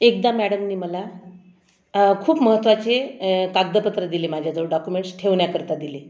एकदा मॅडमनी मला खूप महत्त्वाचे कागदपत्रं दिले माझ्याजवळ डॉक्युमेंट्स ठेवण्याकरता दिले